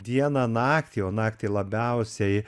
dieną naktį o naktį labiausiai